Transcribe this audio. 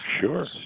Sure